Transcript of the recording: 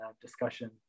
discussion